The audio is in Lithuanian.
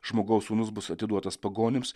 žmogaus sūnus bus atiduotas pagonims